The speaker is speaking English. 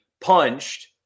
punched